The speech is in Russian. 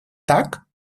так